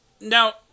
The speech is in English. now